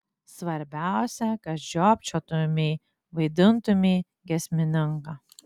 svarbiausia kad žiopčiotumei vaidintumei giesmininką